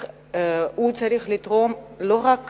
הוא צריך לתרום לא רק